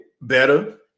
better